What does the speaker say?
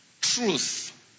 truth